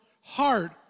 heart